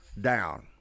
down